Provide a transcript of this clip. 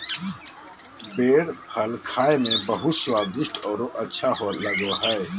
बेर फल खाए में बहुत स्वादिस्ट औरो अच्छा लगो हइ